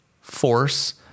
force